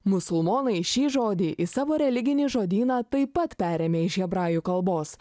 musulmonai šį žodį į savo religinį žodyną taip pat perėmė iš hebrajų kalbos